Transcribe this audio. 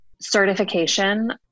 certification